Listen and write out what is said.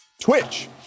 Twitch